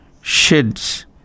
sheds